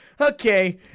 okay